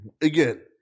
again